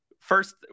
first